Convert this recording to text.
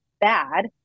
bad